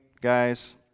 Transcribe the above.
guys